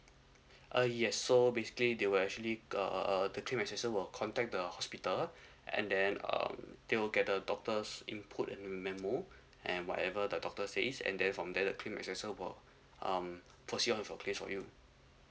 uh yes so basically they will actually uh the trip assessor will contact the hospital and then um they will get the doctor's input and memo and whatever the doctor says and then from there the claim assessor will um proceed on for claim for you